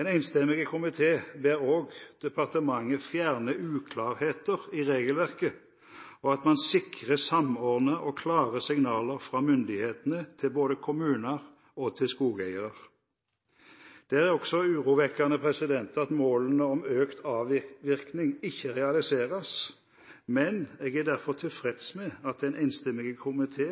En enstemmig komité ber også departementet fjerne uklarheter i regelverket og at man sikrer samordnede og klare signaler fra myndighetene til både kommuner og skogeiere. Det er også urovekkende at målet om økt avvirkning ikke realiseres. Jeg er derfor tilfreds med at en enstemmig komité